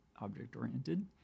object-oriented